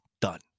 done